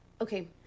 okay